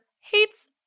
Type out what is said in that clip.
hates